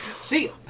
See